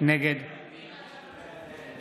נגד אלי דלל,